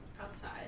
outside